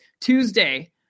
Tuesday